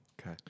Okay